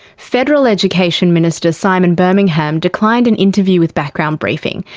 federal education minister simon birmingham declined an interview with background briefing,